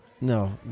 No